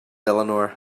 eleanor